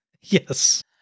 Yes